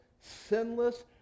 sinless